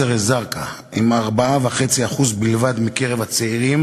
--- סטטיסטיקה: צעיר שמתגורר ברעננה,